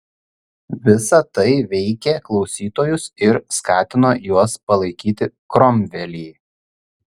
visa tai veikė klausytojus ir skatino juos palaikyti kromvelį